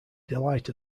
delight